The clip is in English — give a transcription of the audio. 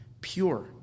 pure